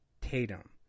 Tatum